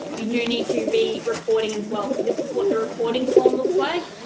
you do need to be reporting as well. so, this is what the reporting form looks like,